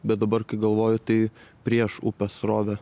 bet dabar kai galvoju tai prieš upės srovę